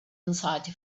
anxiety